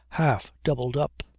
half doubled up.